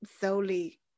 solely